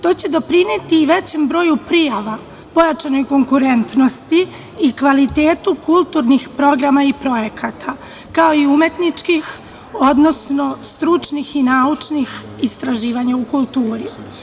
To će doprineti i većem broju prijava, pojačanoj konkurentnosti i kvalitetu kulturnih programa i projekata, kao i umetničkih, odnosno stručnih i naučnih istraživanja u kulturi.